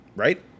Right